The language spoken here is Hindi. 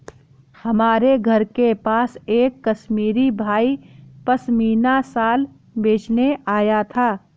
हमारे घर के पास एक कश्मीरी भाई पश्मीना शाल बेचने आया था